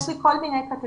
יש לי כל מיני קטגוריות.